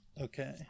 Okay